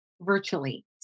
virtually